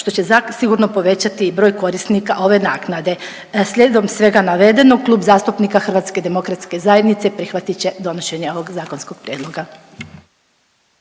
što će zasigurno povećati broj korisnika ove naknade. Slijedom svega navedenog Klub zastupnika HDZ-a prihvat će donošenje ovog zakonskog prijedloga.